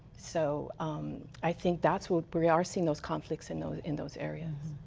so i think that's what we are seeing those conflicts in those in those areas.